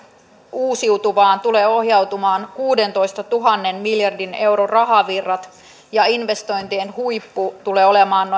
uusiutuvaan tulee ohjautumaan kuudentoistatuhannen miljardin euron rahavirrat ja investointien huippu tulee olemaan